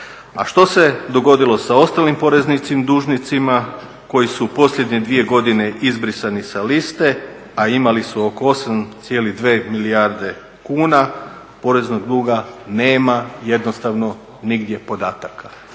A što se dogodilo sa ostalim poreznim dužnicima koji su u posljednje dvije godine izbrisani sa liste a imali su oko 8,2 milijarde kuna, nema jednostavno nigdje podataka.